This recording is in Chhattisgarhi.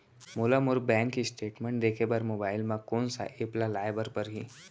मोला मोर बैंक स्टेटमेंट देखे बर मोबाइल मा कोन सा एप ला लाए बर परही?